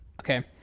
Okay